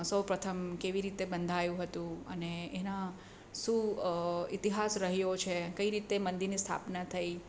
સૌપ્રથમ કેવી રીતે બંધાયું હતું અને એના સું ઇતિહાસ રહ્યો છે કઈ રીતે મંદિરની સ્થાપના થઈ